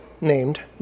named